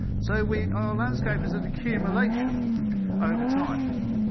so we are landscapers of accumulation over time.